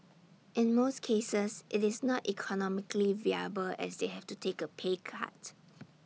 in most cases IT is not economically viable as they have to take A pay cut